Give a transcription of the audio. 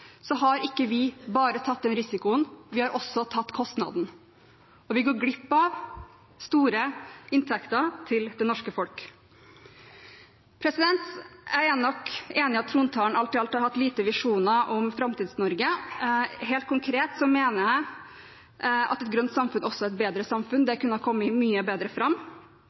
har vi ikke bare tatt risikoen. Vi har også tatt kostnaden, og vi går glipp av store inntekter til det norske folk. Jeg er nok enig i at trontalen alt i alt hadde få visjoner om Framtids-Norge. Helt konkret mener jeg at et grønt samfunn også er et bedre samfunn. Det kunne ha kommet mye bedre fram.